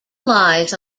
lies